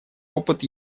опыт